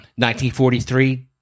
1943